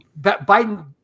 Biden